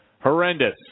Horrendous